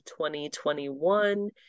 2021